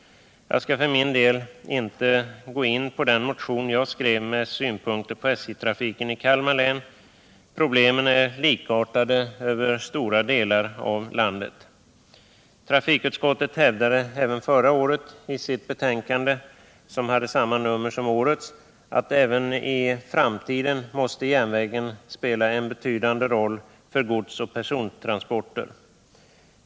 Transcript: Jag skall för min del inte gå in på den motion som jag skrev med synpunkter på SJ-trafiken i Kalmar län; problemen är likartade över stora delar av landet. Trafikutskottet hävdade även förra året i sitt betänkande — som hade samma nummer som årets — att järnvägen även i framtiden måste spela en betydande roll för godsoch persontransporter.